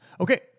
Okay